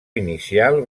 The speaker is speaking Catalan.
inicial